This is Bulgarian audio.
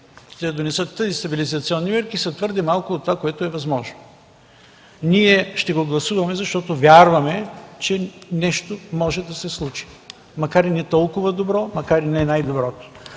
ще донесат тези стабилизационни мерки е твърде малко от това, което е възможно. Ние ще го гласуваме, защото вярваме, че нещо може да се случи, макар и не толкова добро, макар и не най-доброто.